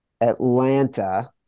atlanta